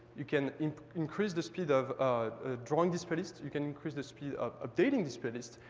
you can increase the speed of drawing display list. you can increase the speed of updating display list,